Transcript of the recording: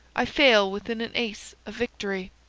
i fail within an ace of victory.